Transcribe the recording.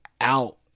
out